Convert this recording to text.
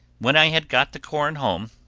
when i had got the corn home,